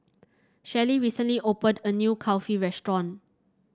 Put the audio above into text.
Shelli recently opened a new Kulfi restaurant